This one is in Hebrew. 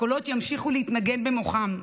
הקולות ימשיכו להתנגן במוחם,